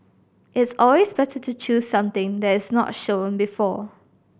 it's always better to choose something that is not shown before